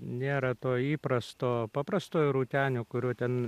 nėra to įprasto paprastojo rūtenio kurių ten